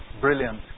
brilliant